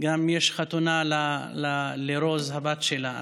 יש גם חתונה לרוז הבת שלה.